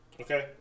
Okay